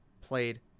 played